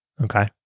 Okay